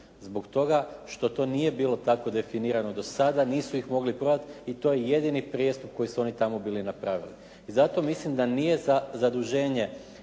Zbog toga što to nije bilo tako definirano do sada, nisu ih mogli prodati i to je jedini prijestup koji su oni tamo bili napravili. I zato mislim da nije zaduženje